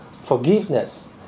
forgiveness